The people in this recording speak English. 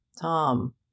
Tom